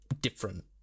different